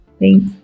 Thanks